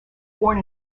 born